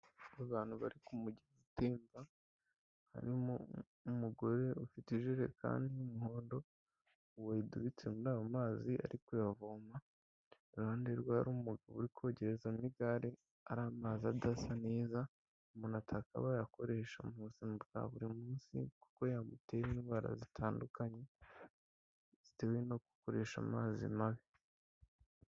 Abantu bari ku mugezi utemba, harimo umugore ufite ijerekani y'umuhondo wayidubitse muri ayo mazi ari kuyavoma, iruhande rwe hari umugabo uri kogerezamo igare, ari amazi adasa neza umuntu atakabaye akoresha mu buzima bwa buri munsi ,kuko yamutera indwara zitandukanye zitewe no gukoresha amazi mabi.